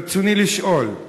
ברצוני לשאול: